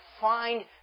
find